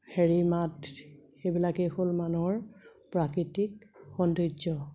হেৰি মাত সেইবিলাকেই হ'ল মানুহৰ প্ৰাকৃতিক সৌন্দৰ্য